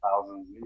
thousands